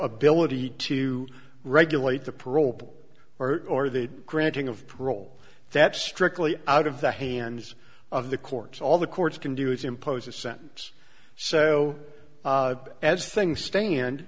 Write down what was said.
ability to regulate the parole or or the granting of parole that's strictly out of the hands of the courts all the courts can do is impose a sentence so as things stand